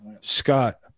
Scott